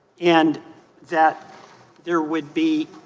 and that there would be